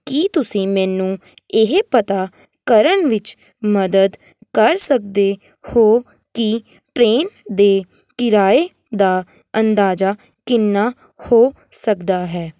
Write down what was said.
ਕੀ ਤੁਸੀਂ ਮੈਨੂੰ ਇਹ ਪਤਾ ਕਰਨ ਵਿੱਚ ਮਦਦ ਕਰ ਸਕਦੇ ਹੋ ਕਿ ਟਰੇਨ ਦੇ ਕਿਰਾਏ ਦਾ ਅੰਦਾਜ਼ਾ ਕਿੰਨਾ ਹੋ ਸਕਦਾ ਹੈ